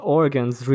organs